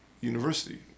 university